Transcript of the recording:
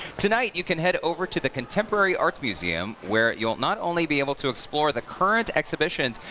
tonight, you can head over to the contemporary art museum, where you'll not only be able to explore the current exhibition,